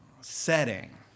setting